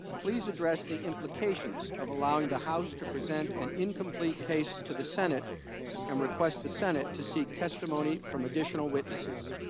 please address the implications of allowing the house to present an incomplete case to the senate and request the senate to seek testimony from additional witnesses.